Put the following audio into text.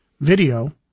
video